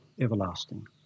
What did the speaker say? everlasting